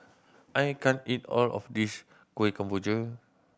I can't eat all of this Kueh Kemboja